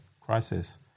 crisis